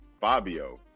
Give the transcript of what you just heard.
Fabio